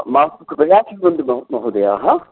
मास्तु कृपया शृण्वन्तु म महोदयाः